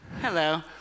Hello